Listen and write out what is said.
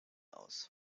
aus